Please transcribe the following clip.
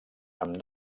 amb